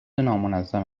نامنظم